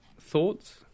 thoughts